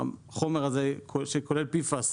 שהחומר הזה, שכולל PFAS,